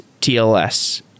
TLS